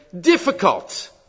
difficult